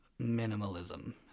minimalism